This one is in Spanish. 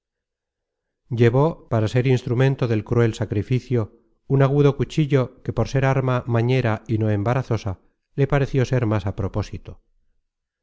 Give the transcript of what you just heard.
llevó para ser instrumento del cruel sacrificio un agudo cuchillo que por ser arma mañera y no embarazosa le pareció ser más á propósito